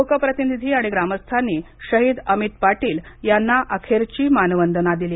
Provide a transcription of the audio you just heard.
लोकप्रतिनिधी आणि ग्रामस्थांनी शहीद अमित पाटील यांना अखेरची मानवंदना दिली